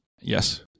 Yes